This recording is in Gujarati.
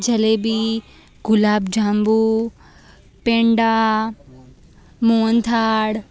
જલેબી ગુલાબજાંબુ પેંડા મોહનથાળ